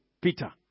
Peter